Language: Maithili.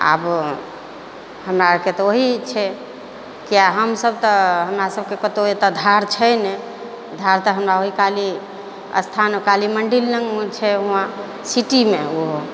आब हमरा आओरके तऽ ओहि छै किएक हमसब तऽ हमरा सबके कतहु एतऽ धार छै नहि धार तऽ हमरा ओहि काली अस्थान काली मण्डिल लगमे छै वहाँ सिटीमे ओहो